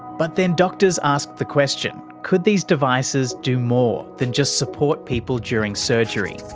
but then doctors asked the question could these devices do more than just support people during surgery?